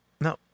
No